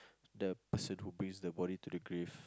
the person who brings the body to the grave